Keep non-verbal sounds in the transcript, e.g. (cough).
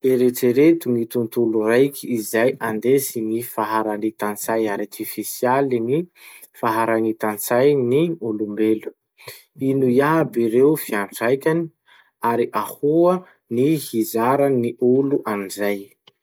Eritsereto gny tontolo raiky andesin'ny faharanitan-tsay artificialy ny (noise) faharanitan-tsai'ny olombelo. Ino iaby ireo fiantraikany ary ahoa ny hizarany olo anizay.